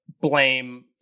blame